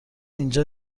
اینجا